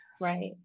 Right